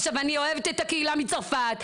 עכשיו אני אוהבת את הקהילה מצרפת,